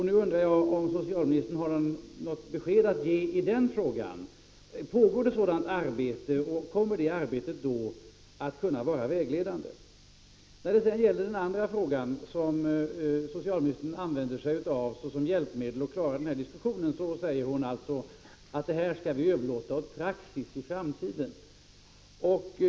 Nu undrar jag om socialministern har något besked att ge. Pågår ett sådant arbete, och kommer det i så fall att kunna vara vägledande? När det gäller den andra frågan, som socialministern använder som ett hjälpmedel att klara den här diskussionen, säger hon att detta skall överlåtas åt praxis i framtiden.